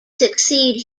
succeed